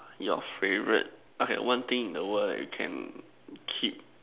your favorite okay one thing in the world you can keep